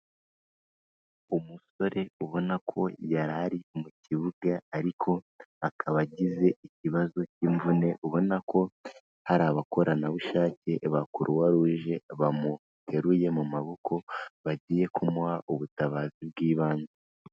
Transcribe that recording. Umusore ubona ko yari ari mu kibuga, ariko akaba agize ikibazo cy'imvune, ubona ko hari abakoranabushake ba Croix Rouge bamuteruye mu maboko, bagiye kumuha ubutabazi bw'ibanze.